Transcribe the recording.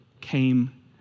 came